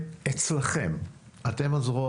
קבוצה שתוקם על ידי נציגי מבקר המדינה שהם הזרוע